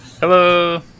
Hello